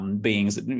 beings